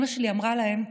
אימא שלי אמרה להם: